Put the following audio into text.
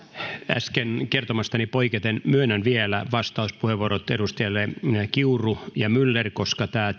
äsken kertomastani poiketen myönnän vielä vastauspuheenvuorot edustajille kiuru ja myller koska tämä